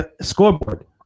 Scoreboard